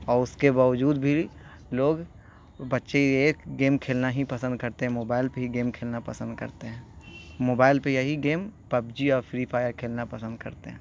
اور اس کے باوجود بھی لوگ بچے ایک گیم کھیلنا ہی پسند کرتے ہیں موبائل پہ ہی گیم کھیلنا پسند کرتے ہیں موبائل پہ یہی گیم پبجی اور فری فائر کھیلنا پسند کرتے ہیں